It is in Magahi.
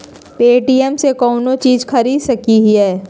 पे.टी.एम से कौनो चीज खरीद सकी लिय?